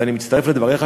ואני מצטרף לדבריך,